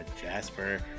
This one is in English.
Jasper